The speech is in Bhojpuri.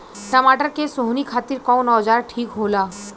टमाटर के सोहनी खातिर कौन औजार ठीक होला?